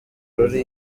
ruri